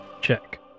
check